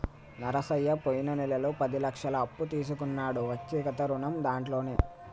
నరసయ్య పోయిన నెలలో పది లక్షల అప్పు తీసుకున్నాడు వ్యక్తిగత రుణం దాంట్లోనే